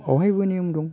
बेवहायबो नेम दं